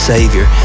Savior